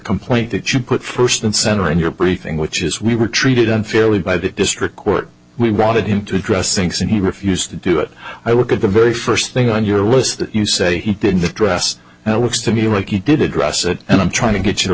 complaint that you put first and center in your briefing which is we were treated unfairly by the district court we wanted him to address things and he refused to do it i look at the very first thing on your list that you say he did the dress and it looks to me like he did address that and i'm trying to get you to